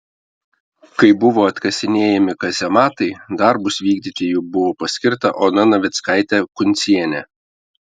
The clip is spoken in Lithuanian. kai buvo atkasinėjami kazematai darbus vykdyti jau buvo paskirta ona navickaitė kuncienė